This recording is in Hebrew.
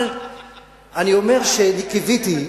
אבל אני אומר שאני קיוויתי,